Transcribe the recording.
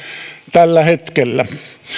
tällä hetkellä